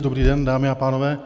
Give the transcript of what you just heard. Dobrý den, dámy a pánové.